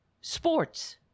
Sports